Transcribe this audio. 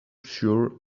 sure